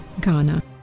Ghana